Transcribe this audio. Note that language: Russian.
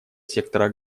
сектора